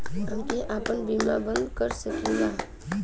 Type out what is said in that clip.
हमके आपन बीमा बन्द कर सकीला?